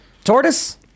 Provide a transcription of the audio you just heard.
Tortoise